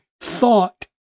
thought